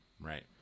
Right